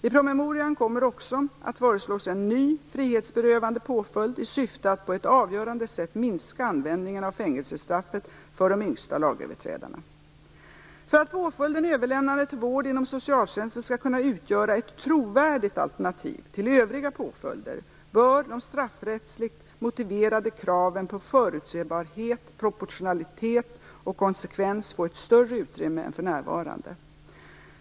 I promemorian kommer också att föreslås en ny frihetsberövande påföljd i syfte att på ett avgörande sätt minska användningen av fängelsestraffet för de yngsta lagöverträdarna. För att påföljden överlämnande till vård inom socialtjänsten skall kunna utgöra ett trovärdigt alternativ till övriga påföljder bör de straffrättsligt motiverade kraven på förutsebarhet, proportionalitet och konsekvens få ett större utrymme än för närvarande.